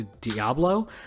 Diablo